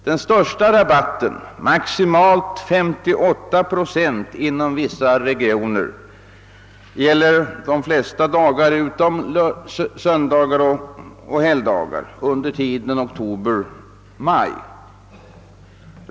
Den största rabatten, maximalt 58 procent inom vissa regioner, gäller de flesta dagar utom söndagar och helgdagar under tiden oktober—maj.